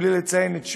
בלי לציין את שמה,